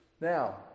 Now